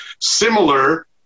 similar